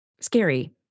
scary